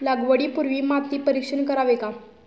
लागवडी पूर्वी माती परीक्षण करावे का?